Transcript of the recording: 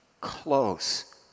close